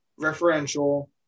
referential